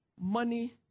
Money